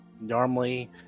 normally